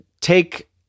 take